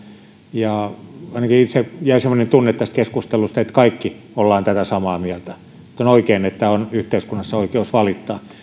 ja ainakin itselleni jäi semmoinen tunne tästä keskustelusta että kaikki olemme tätä samaa mieltä että on oikein että on yhteiskunnassa oikeus valittaa